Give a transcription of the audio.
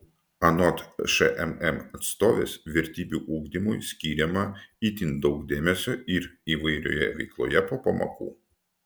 anot šmm atstovės vertybių ugdymui skiriama itin daug dėmesio ir įvairioje veikloje po pamokų